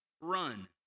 run